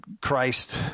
christ